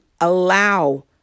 allow